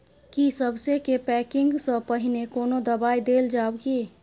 की सबसे के पैकिंग स पहिने कोनो दबाई देल जाव की?